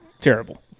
terrible